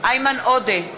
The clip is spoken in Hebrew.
איימן עודה,